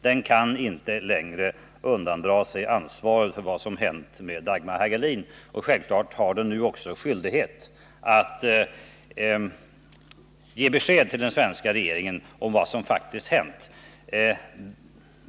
Den kan inte längre undandra sig ansvaret för vad som hänt med Dagmar Hagelin. Självfallet har den nu också skyldighet att ge besked till den svenska regeringen om vad som faktiskt hänt.